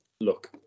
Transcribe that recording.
look